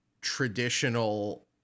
traditional